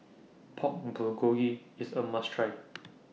Pork Bulgogi IS A must Try